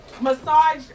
Massage